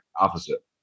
Opposite